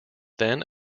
then